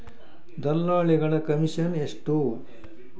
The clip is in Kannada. ದಲ್ಲಾಳಿಗಳ ಕಮಿಷನ್ ಎಷ್ಟು?